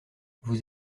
vous